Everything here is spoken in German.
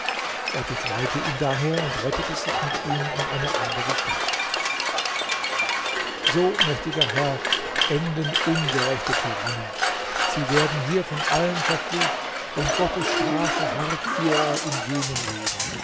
er befreite ihn daher und rettete sich mit ihm in eine andere stadt so mächtiger herr enden ungerechte tyrannen sie werden hier von allen verflucht und gottes strafe harrt ihrer in jenem leben